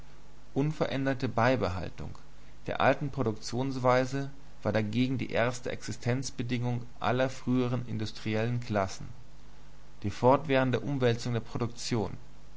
unveränderte beibehaltung der alten produktionsweise war dagegen die erste existenzbedingung aller früheren industriellen klassen die fortwährende umwälzung der produktion